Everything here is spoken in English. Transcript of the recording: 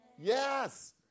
Yes